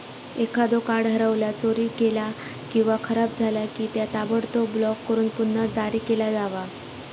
एखादो कार्ड हरवला, चोरीक गेला किंवा खराब झाला की, त्या ताबडतोब ब्लॉक करून पुन्हा जारी केला जावा